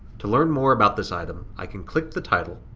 to learn more about this item, i can click the title